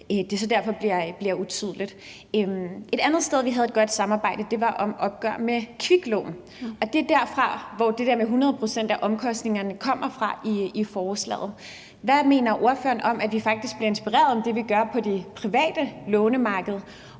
det så bliver utydeligt. Et andet sted, vi havde et godt samarbejde, var om opgør med kviklån, og det er derfra, det der med 100 pct. af omkostningerne i forslaget kommer. Hvad mener ordføreren om, at vi faktisk bliver inspireret til det, vi gør, af det private lånemarked